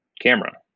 camera